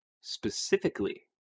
specifically